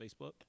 Facebook